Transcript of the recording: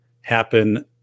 happen